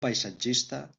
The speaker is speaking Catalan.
paisatgista